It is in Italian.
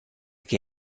che